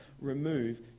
remove